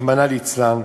רחמנא ליצלן,